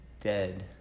dead